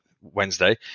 Wednesday